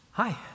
Hi